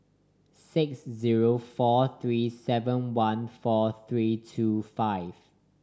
six zero four three seven one four three two five